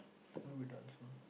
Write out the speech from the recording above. who would done so